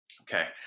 Okay